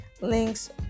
links